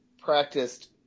practiced